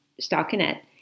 stockinette